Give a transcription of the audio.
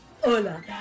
Hola